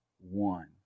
one